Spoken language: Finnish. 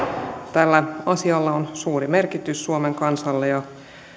tällä asialla on suuri merkitys suomen kansalle ja